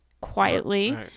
quietly